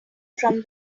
from